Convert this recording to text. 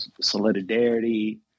solidarity